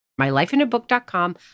mylifeinabook.com